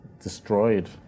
destroyed